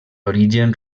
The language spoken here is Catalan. origen